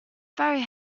very